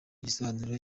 igisobanuro